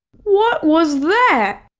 what was that?